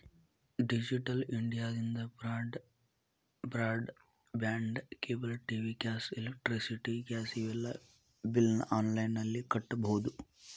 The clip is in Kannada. ಡಿಜಿಟಲ್ ಇಂಡಿಯಾದಿಂದ broadband cable TV gas electricity gas ಇವೆಲ್ಲಾ ಬಿಲ್ನ ಆನ್ಲೈನ್ ನಲ್ಲಿ ಕಟ್ಟಬೊದು